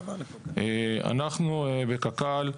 אנחנו, בקק"ל,